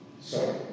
Sorry